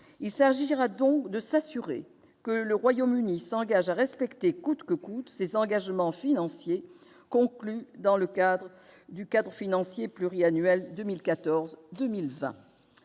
Il s'agira donc de s'assurer que le Royaume-Uni s'engage à respecter, coûte que coûte, ses engagements financiers conclus dans le cadre du cadre financier pluriannuel 2014-2020.